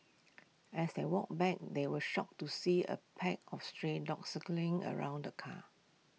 as they walked back they were shocked to see A pack of stray dogs circling around the car